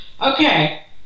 Okay